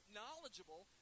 knowledgeable